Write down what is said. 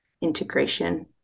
integration